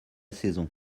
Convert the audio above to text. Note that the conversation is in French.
saison